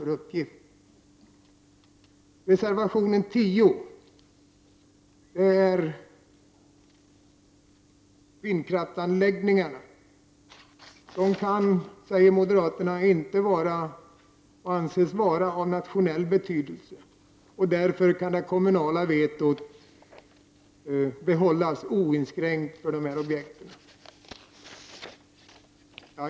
Reservation 10 gäller vindkraftsanläggningar. Moderaterna säger att vindkraftsanläggningarna inte kan anses vara av nationell betydelse. Därför kan det kommunala vetot behållas oinskränkt för dessa objekt.